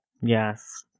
Yes